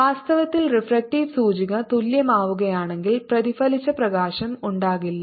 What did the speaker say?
വാസ്തവത്തിൽ റിഫ്രാക്റ്റീവ് സൂചിക തുല്യമാവുകയാണെങ്കിൽ പ്രതിഫലിച്ച പ്രകാശം ഉണ്ടാകില്ല